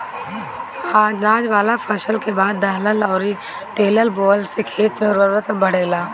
अनाज वाला फसल के बाद दलहन अउरी तिलहन बोअला से खेत के उर्वरता बढ़ेला